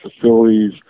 facilities